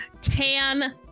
tan